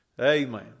Amen